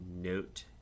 Note